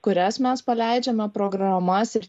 kurias mes paleidžiame programas ir